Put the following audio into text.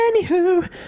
Anywho